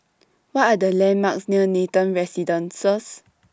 What Are The landmarks near Nathan Residences